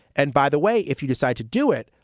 and by the way, if you decide to do it,